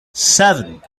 seven